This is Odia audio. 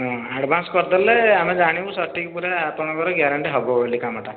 ହଁ ଆଡଭାନ୍ସ କରିଦେଲେ ଆମେ ଜାଣିବୁ ସଠିକ ପୁରା ଆପଣ ଙ୍କ ର ଗ୍ୟାରେଣ୍ଟି ହେବବୋଲି କାମ ଟା